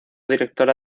directora